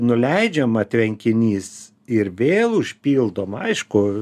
nuleidžiama tvenkinys ir vėl užpildoma aišku